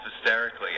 hysterically